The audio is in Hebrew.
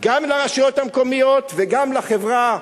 גם לרשויות המקומיות וגם לחברה,